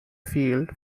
field